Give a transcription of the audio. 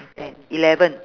ten eleven